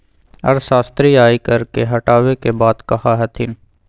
अर्थशास्त्री आय कर के हटावे के बात कहा हथिन